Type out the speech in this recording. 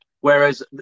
Whereas